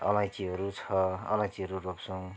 अलैँचीहरू छ अलैँचीहरू रोप्छौँ